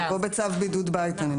זה יבוא בצו בידוד בית אני מניחה.